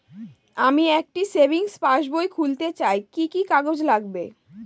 আমি একটি সেভিংস পাসবই খুলতে চাই কি কি কাগজ লাগবে?